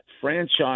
franchise